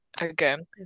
again